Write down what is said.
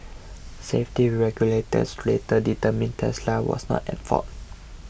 safety regulators later determined Tesla was not at fault